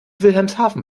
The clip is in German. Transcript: wilhelmshaven